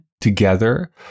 together